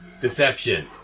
Deception